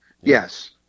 yes